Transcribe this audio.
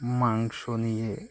মাংস নিয়ে